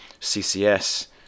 ccs